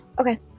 okay